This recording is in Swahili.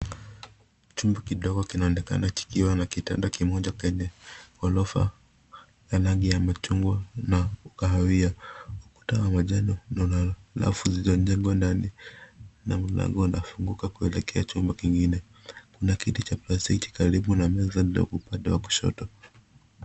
Chumba kidogo kinaonekana kikiwa na kitanda kimoja kwenye orofa ya rangi ya machungwa na kahawia. Ukuta wa majani na una rafu zilizojengwa ndani na mlango unafunguka kuelekea chumba kingine. Kuna kiti cha plastiki karibu na meza ndogo upande wa kushoto.